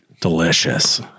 delicious